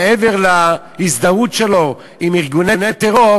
מעבר להזדהות שלו עם ארגוני טרור